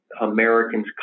americans